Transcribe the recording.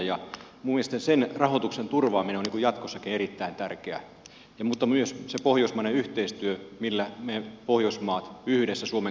minun mielestäni sen rahoituksen turvaaminen on jatkossakin erittäin tärkeää mutta myös on tärkeää se pohjoismainen yhteistyö millä suomi yhdessä pohjoismaiden kanssa menee